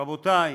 רבותי,